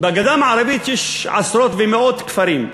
בגדה המערבית יש עשרות ומאות כפרים.